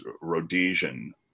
Rhodesian